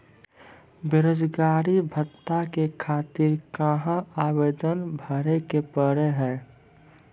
बेरोजगारी भत्ता के खातिर कहां आवेदन भरे के पड़ी हो?